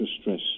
stress